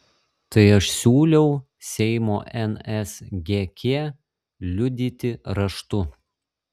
tai aš siūliau seimo nsgk liudyti raštu